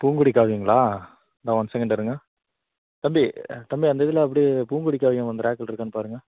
பூங்கொடி காவியங்களா தோ one second ருங்க தம்பி தம்பி அந்த இதுல அப்டியே பூங்கொடி காவியம் அந்த ரேக்ல இருக்கான்னு பாருங்க